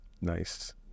Nice